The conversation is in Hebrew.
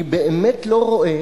אני באמת לא רואה